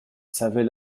savaient